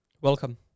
Welcome